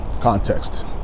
Context